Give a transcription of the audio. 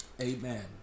Amen